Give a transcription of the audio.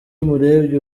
umurebye